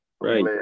Right